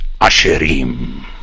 Asherim